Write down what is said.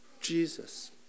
Jesus